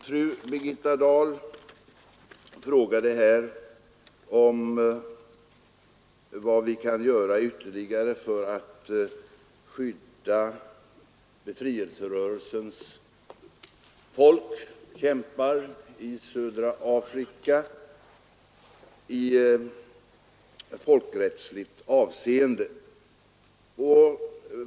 Fru Birgitta Dahl frågade vad vi kan göra ytterligare i folkrättsligt avseende för att skydda befrielserörelsers folk som kämpar i södra Afrika.